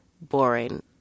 boring